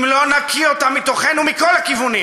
אם לא נקיא אותה מתוכנו, מכל הכיוונים